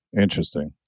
Interesting